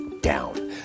down